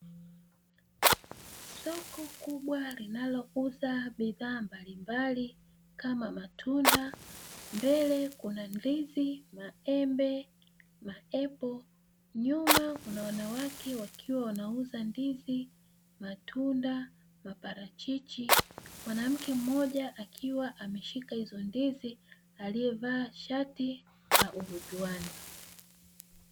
Soko kubwa linalouza bidhaa mbalimbali kama matunda, mbele kuna ndizi, maembe, maepo. Nyuma kuna wanawake wakiwa wanauza ndizi, matunda na maparachichi. Mwanamke mmoja akiwa ameshika hizo ndizi, aliyevaa shati la urujuani.